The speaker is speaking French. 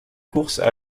courses